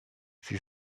sie